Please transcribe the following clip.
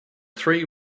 three